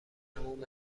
تموم